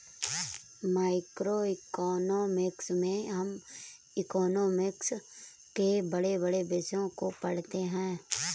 macroeconomics में हम economics के बड़े बड़े विषयों को पढ़ते हैं